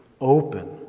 Open